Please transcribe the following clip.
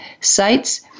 sites